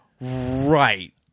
Right